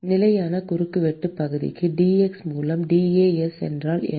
நிலையான குறுக்குவெட்டு பகுதிக்கு dx மூலம் dAs என்றால் என்ன